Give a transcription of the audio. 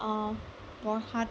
প্ৰসাদ